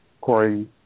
Corey